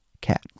cat